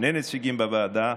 שני נציגים בוועדה,